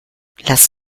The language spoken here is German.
lass